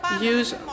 use